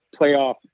playoff